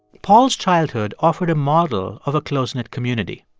paul's childhood offered a model of a close-knit community.